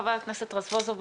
חבר הכנסת יואל רזבוזוב,